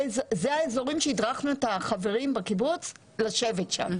אלה האזורים שהדרכנו את החברים בקיבוץ לשבת שם.